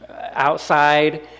outside